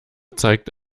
zeigt